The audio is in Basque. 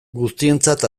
guztientzat